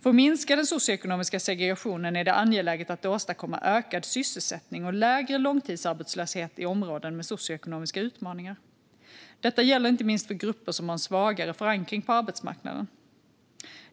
För att minska den socioekonomiska segregationen är det angeläget att åstadkomma ökad sysselsättning och lägre långtidsarbetslöshet i områden med socioekonomiska utmaningar. Detta gäller inte minst för grupper som har en svagare förankring på arbetsmarknaden.